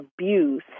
abuse